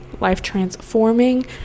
life-transforming